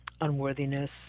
unworthiness